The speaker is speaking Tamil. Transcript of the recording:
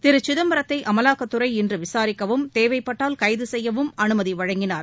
திரு சிதப்பரத்தை அமலாக்த்துறை இன்று விசாரிக்கவும் தேவைப்பட்டால் கைது செய்யவும் அனுமதி வழங்கினார்